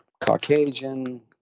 Caucasian